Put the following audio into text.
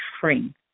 free